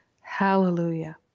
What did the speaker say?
Hallelujah